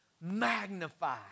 magnify